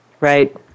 Right